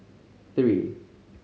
three